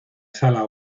sala